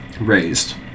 raised